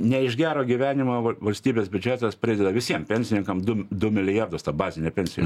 ne iš gero gyvenimo valstybės biudžetas prideda visiem pensininkam du du milijardus bazinė pensija